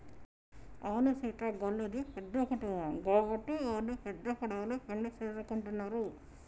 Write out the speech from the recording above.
అవును సీత గళ్ళది పెద్ద కుటుంబం గాబట్టి వాల్లు పెద్ద పడవలో పెండ్లి సేసుకుంటున్నరు